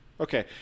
Okay